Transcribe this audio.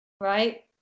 right